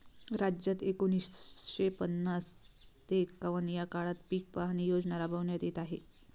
राज्यात एकोणीसशे पन्नास ते एकवन्न या काळात पीक पाहणी योजना राबविण्यात येत आहे